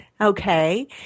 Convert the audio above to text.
okay